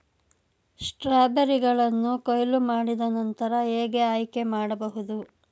ಸ್ಟ್ರಾಬೆರಿಗಳನ್ನು ಕೊಯ್ಲು ಮಾಡಿದ ನಂತರ ಹೇಗೆ ಆಯ್ಕೆ ಮಾಡಬಹುದು?